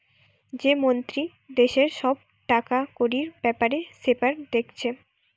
যে মন্ত্রী দেশের সব কটা টাকাকড়ির বেপার সেপার দেখছে